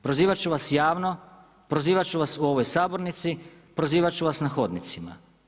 Prozivati ću vas javno, prozivati ću vas u ovoj sabornici, prozivati ću vas na hodnicima.